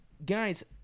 Guys